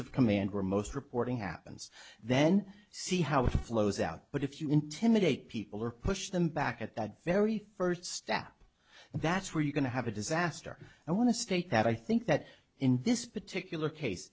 of command where most reporting happens then see how it flows out but if you intimidate people or push them back at that very first step and that's where you're going to have a disaster i want to state that i think that in this particular case